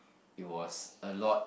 it was a lot